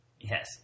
Yes